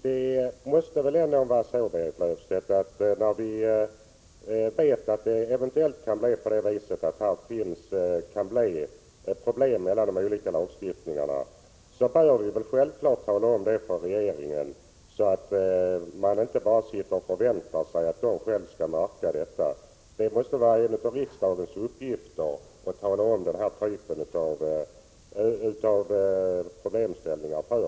1985/86:125 att hjälpa dem som har råkat ut för att deras skadeståndsanspråk har blivit 23 april 1986 preskriberade. Jag upprepar vad jag sade i mitt anförande: Kom igen om ni inte är nöjda med utredningsförslaget! Ersägningför